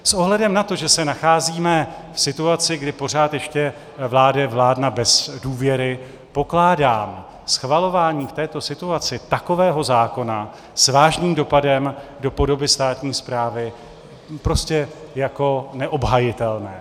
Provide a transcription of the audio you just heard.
S ohledem na to, že se nacházíme v situaci, kdy pořád ještě vládne vláda bez důvěry, pokládám schvalování v této situaci takového zákona s vážným dopadem do podoby státní správy prostě jako neobhajitelné.